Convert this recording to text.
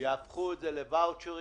יהפכו את זה לוואוצ'רים